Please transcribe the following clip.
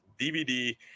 dvd